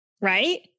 right